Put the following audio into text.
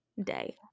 day